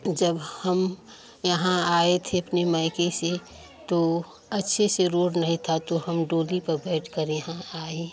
जब हम यहाँ आए थे अपने मैके से तो अच्छे से रोड नहीं था तो हम डोली पर बैठ कर यहाँ आई